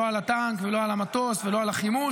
לא על הטנק ולא על המטוס ולא על החימוש,